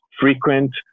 frequent